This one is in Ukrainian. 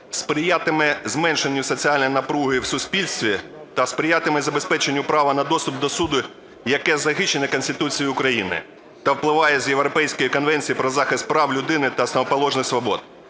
сприятиме зменшенню соціальної напруги в суспільстві та сприятиме забезпеченню права на доступ до суду, який захищений Конституцією України та впливає з Європейської конвенції про захист прав людини та основоположних свобод.